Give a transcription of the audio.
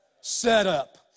setup